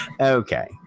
Okay